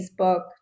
Facebook